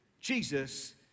Jesus